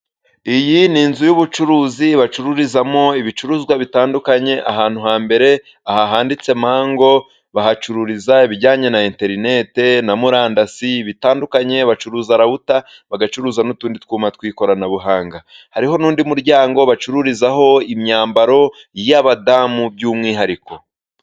Iyi ni inzu y'ubucuruzi bacururizamo ibicuruzwa bitandukanye ahantu ha mbere aha handitse mango bahacururiza ibijyanye na internet na murandasi bitandukanye bacuruza lawuta, bagacuruza n'utundi twuma tw'ikoranabuhanga hariho n'undi muryango bacururizaho imyambaro y'abadamu by'umwihariko.